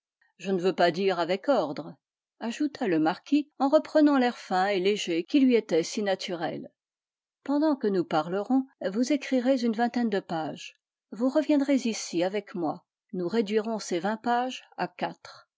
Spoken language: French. je ne veux pas dire avec ordre ajouta le marquis en reprenant l'air fin et léger qui lui était si naturel pendant que nous parlerons vous écrirez une vingtaine de pages vous reviendrez ici avec moi nous réduirons ces vingt pages à quatre